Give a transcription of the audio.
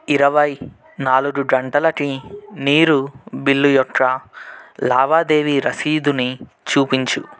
ఇరువై నాలుగు గంటలకి నీరు బిల్లు యొక్క లావాదేవీ రసీదుని చూపించు